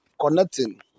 connecting